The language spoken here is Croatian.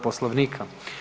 Poslovnika.